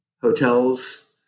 hotels